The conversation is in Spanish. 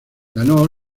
ganó